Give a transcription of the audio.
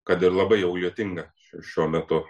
kad ir labai jau lietinga šiuo metu